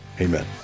amen